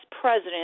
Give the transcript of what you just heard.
president